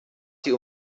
sie